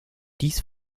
dies